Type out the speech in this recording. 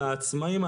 על העצמאים,